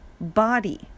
body